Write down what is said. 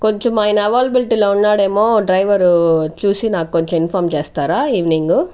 కొంచమైనా availability లో ఉన్నాడేమో driver చూసి నాకు కొంచెం ఇన్ఫార్మ్ చేస్తారా ఈవినింగ్